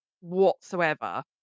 whatsoever